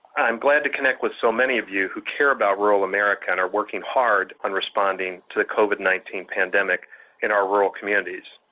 i'm glad to connect with so many of you who care about rural america and are working hard on responding to the covid nineteen pandemic in our rural communities.